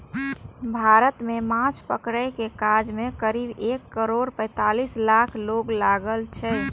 भारत मे माछ पकड़ै के काज मे करीब एक करोड़ पैंतालीस लाख लोक लागल छै